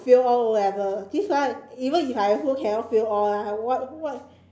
fail all o-level this one even I also cannot fail all lah what what